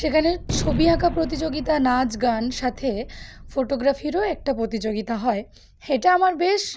সেখানে ছবি আঁকা প্রতিযোগিতা নাচ গান সাথে ফটোগ্রাফিরও একটা প্রতিযোগিতা হয় এটা আমার বেশ